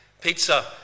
pizza